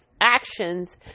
actions